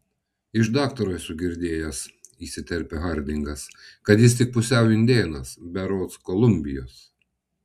iš daktaro esu girdėjęs įsiterpia hardingas kad jis tik pusiau indėnas berods kolumbijos